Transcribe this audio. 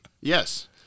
Yes